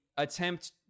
Attempt